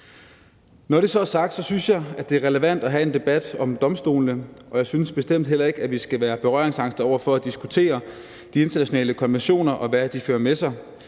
Når det så er sagt, synes jeg, at det er relevant at have en debat om domstolene, og jeg synes bestemt heller ikke, at vi skal være berøringsangste over for at diskutere de internationale konventioner, og hvad de fører med sig.